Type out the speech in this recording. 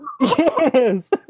Yes